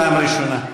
פעם ראשונה.